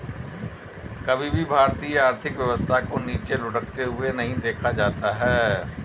कभी भी भारतीय आर्थिक व्यवस्था को नीचे लुढ़कते हुए नहीं देखा जाता है